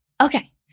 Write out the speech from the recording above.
Okay